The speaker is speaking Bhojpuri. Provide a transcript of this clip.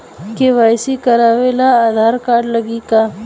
के.वाइ.सी करावे ला आधार कार्ड लागी का?